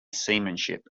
seamanship